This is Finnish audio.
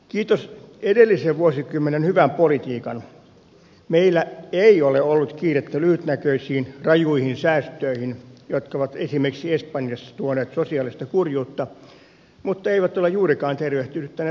kiitos edellisen vuosikymmenen hyvän politiikan meillä ei ole ollut kiirettä lyhytnäköisiin rajuihin säästöihin jotka ovat esimerkiksi espanjassa tuoneet sosiaalista kurjuutta mutta eivät ole juurikaan tervehdyttäneet valtiontaloutta